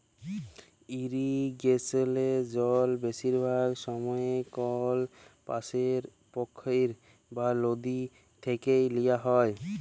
ইরিগেসলে জল বেশিরভাগ সময়ই কল পাশের পখ্ইর বা লদী থ্যাইকে লিয়া হ্যয়